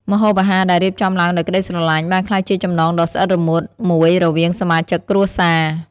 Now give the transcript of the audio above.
ម្ហូបអាហារដែលរៀបចំឡើងដោយក្ដីស្រឡាញ់ បានក្លាយជាចំណងដ៏ស្អិតរមួតមួយរវាងសមាជិកគ្រួសារ។